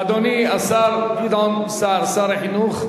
אדוני השר גדעון סער, שר החינוך.